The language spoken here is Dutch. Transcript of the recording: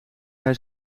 hij